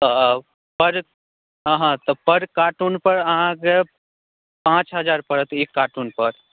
पर हँ हँ पर कार्टून पर अहाँके पाँच हजार परत एक कार्टून पर